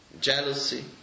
jealousy